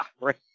right